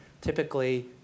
typically